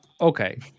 Okay